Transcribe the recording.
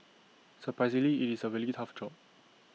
surprisingly IT is A really tough job